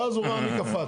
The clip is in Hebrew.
ואז הוא ראה מי קפץ.